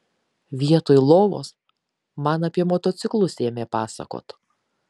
vietoj lovos man apie motociklus ėmė pasakot